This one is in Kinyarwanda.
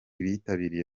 bitabiriye